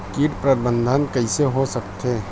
कीट प्रबंधन कइसे हो सकथे?